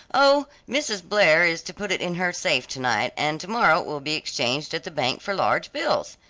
oh, mrs. blair is to put it in her safe to-night, and to-morrow it will be exchanged at the bank for large bills!